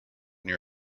near